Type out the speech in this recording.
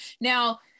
Now